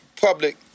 public